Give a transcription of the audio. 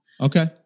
Okay